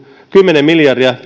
kymmenen miljardia